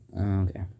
Okay